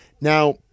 Now